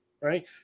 right